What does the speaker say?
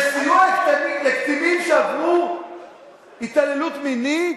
לסיוע לקטינים שעברו התעללות מינית?